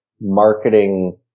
marketing